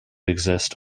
exist